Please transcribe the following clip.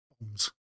bombs